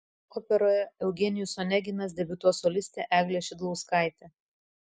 operoje eugenijus oneginas debiutuos solistė eglė šidlauskaitė